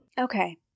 Okay